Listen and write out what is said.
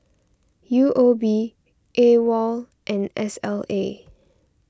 U O B Awol and S L A